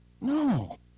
No